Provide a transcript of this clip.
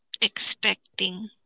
expecting